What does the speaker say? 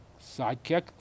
sidekick